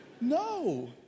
No